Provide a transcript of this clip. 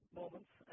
moments